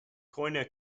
coyne